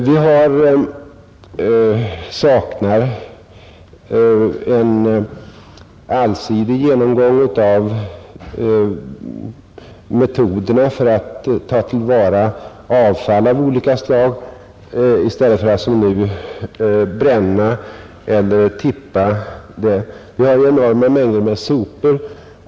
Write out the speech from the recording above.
Vi saknar en allsidig genomgång av andra metoder för att ta till vara avfall av olika slag än de nuvarande, dvs. att bränna upp eller tippa avfallet. Vi har ju enorma mängder av sopor.